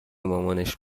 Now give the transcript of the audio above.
مامانش